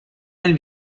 nel